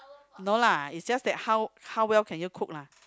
no lah it's just that how how well can you cook lah